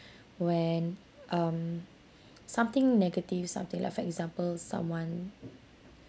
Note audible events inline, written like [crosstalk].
[breath] when um [breath] something negative something like for example someone